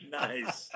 nice